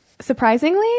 surprisingly